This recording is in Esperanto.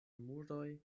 muroj